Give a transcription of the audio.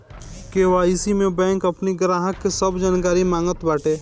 KYC में bank अपनी ग्राहक के सब जानकारी मांगत बाटे